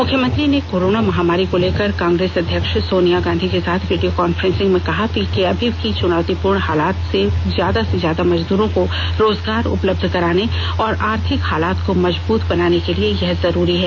मुख्यमंत्री ने कोरोना महामारी को लेकर कांग्रेस अध्यक्षा सोनिया गांधी के साथ वीडियो कांफ्रेंसिंग में कहा कि अभी के चुनौतीपुर्ण हालात में ज्यादा से ज्यादा मजदूरों को रोजगार उपलब्ध कराने और आर्थिक हालात को मजबूत बनाने के लिए यह जरुरी है